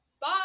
bye